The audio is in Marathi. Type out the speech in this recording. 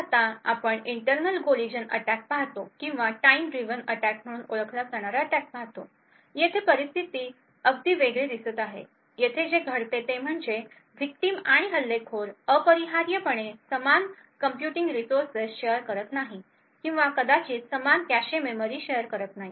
तर आता आपण इंटरनल कोलीजन अटॅक पाहतो किंवा टाईम ड्रिवन अटॅक म्हणून ओळखला जाणारा अटॅक पाहतो येथे परिस्थिती अगदी वेगळी दिसत आहे येथे जे घडते ते म्हणजे विक्टिम आणि हल्लेखोर अपरिहार्यपणे समान कंप्यूटिंग रिसोर्सेस शेअर करत नाही किंवा कदाचित समान कॅशे मेमरी शेअर करत नाही